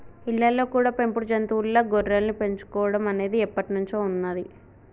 ఇళ్ళల్లో కూడా పెంపుడు జంతువుల్లా గొర్రెల్ని పెంచుకోడం అనేది ఎప్పట్నుంచో ఉన్నది